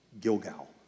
Gilgal